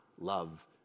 love